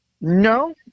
No